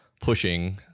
pushing